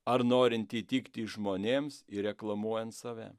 ar norint įtikti žmonėms ir reklamuojant save